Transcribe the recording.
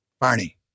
Barney